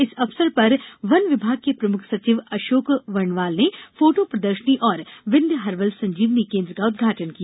इस अवसर पर वन विभाग के प्रमुख सचिव अशोक वर्णवाल ने फोटो प्रदर्शनी और विंध्य हर्वल संजीवनी केन्द्र का उदघाटन किया